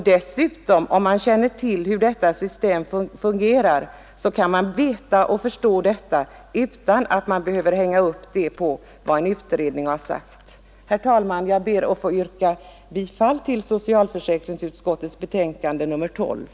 Dessutom, när man känner till hur detta system fungerar, bör man kunna förstå detta utan att behöva hänga upp det på vad en utredning har sagt. Herr talman! Jag ber att få yrka bifall till utskottets hemställan.